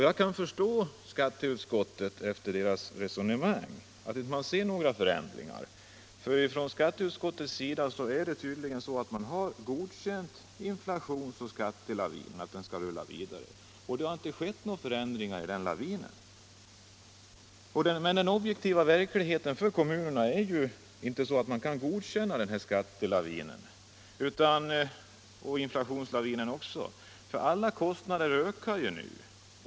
Jag kan förstå att skatteutskottet, efter sitt resonemang, inte kan se några förändringar. Skatteutskottet har tydligen godkänt att inflationsoch skattelavinen skall rulla vidare. Det har inte skett några förändringar i den lavinen. Men den objektiva verkligheten för kommunerna är inte sådan att man kan godkänna skatteoch inflationslavinen, för alla kostnader ökar ju nu.